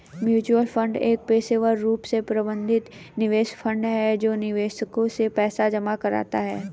mutual fund एक पेशेवर रूप से प्रबंधित निवेश फंड है जो निवेशकों से पैसा जमा कराता है